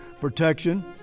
protection